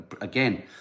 again